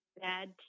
bad